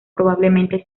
probablemente